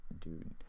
dude